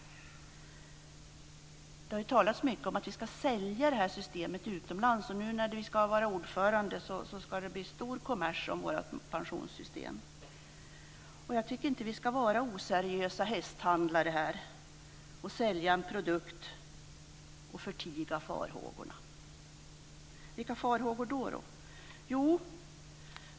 Det har talats mycket om att vi ska sälja detta system utomlands. Nu när vi ska vara ordförande ska det bli stor kommers kring vårt pensionssystem. Jag tycker inte att vi ska vara oseriösa hästhandlare och sälja en produkt men förtiga farhågorna. Vilka är då farhågorna?